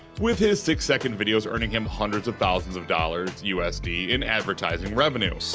with his six-second videos earning him hundreds of thousands of dollars usd in advertising revenue.